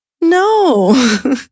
No